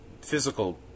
physical